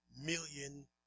million